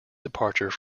departure